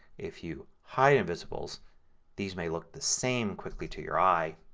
if you hide invisibles these may look the same quickly to your eye.